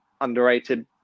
underrated